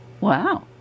Wow